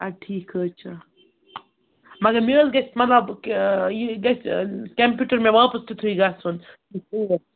اَدٕ ٹھیٖک حظ چھُ مگر مےٚ حظ گژھِ مطلب یہِ گَژھِ کَمپیوٗٹَر مےٚ واپَس تیُتھُے گژھُن